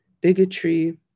bigotry